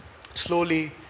Slowly